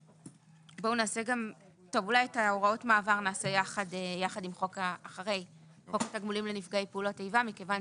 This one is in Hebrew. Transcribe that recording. את הוראות המעבר נעשה יחד עם חוק התגמולים לנפגעי פעולות איבה מכיוון